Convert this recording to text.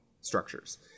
structures